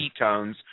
ketones